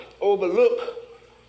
overlook